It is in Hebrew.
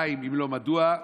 2. אם לא, מדוע?